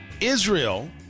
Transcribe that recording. Israel